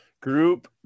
Group